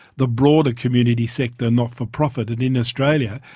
the broader community sector not-for-profit, and in australia,